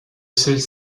celles